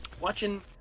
watching